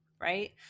Right